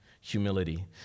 humility